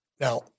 Now